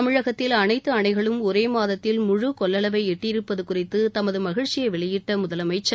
தமிழகத்தில் அனைத்து அனைகளும் ஒரே மாதத்தில் முழு கொள்ளளவை எட்டியிருப்பது குறித்து தமது மகிழ்ச்சியை வெளியிட்ட முதலமைச்சர்